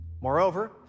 Moreover